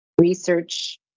research